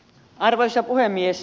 arvoisa puhemies